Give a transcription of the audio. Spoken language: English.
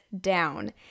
down